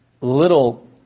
little